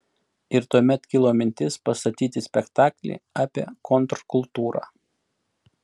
ir tuomet kilo mintis pastatyti spektaklį apie kontrkultūrą